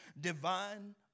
divine